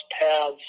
paths